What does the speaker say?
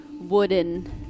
wooden